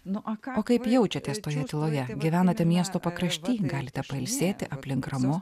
na o kaip jaučiatės tokioje tyloje gyvenate miesto pakrašty galite pailsėti aplink ramu